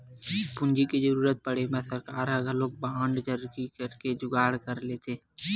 पूंजी के जरुरत पड़े म सरकार ह घलोक बांड जारी करके जुगाड़ कर लेथे